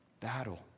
Battle